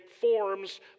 forms